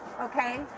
okay